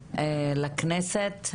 לכנסת.